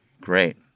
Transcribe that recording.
Great